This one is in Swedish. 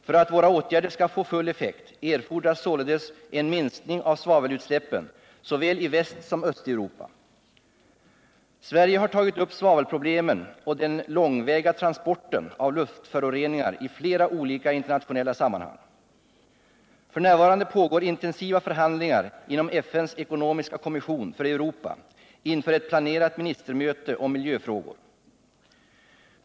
För att våra åtgärder skall få full effekt erfordras således en minskning av svavelutsläppen i såväl Västsom Östeuropa. Sverige har tagit upp svavelproblemen och den långväga transporten av luftföroreningar i flera olika internationella sammanhang. F. n. pågår intensiva förhandlingar inom FN:s ekonomiska kommission för Europa inför ett planerat ministermöte om miljöfrågor.